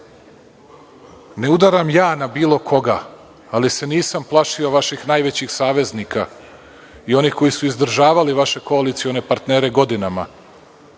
ne udaram ja na bilo koga, ali se nisam plašio vaših najvećih saveznika i onih koji su izdržavali vaše koalicione partnere godinama,